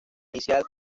inicial